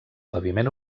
paviment